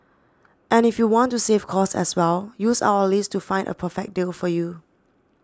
and if you want to save cost as well use our list to find a perfect deal for you